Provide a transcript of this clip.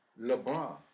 Lebron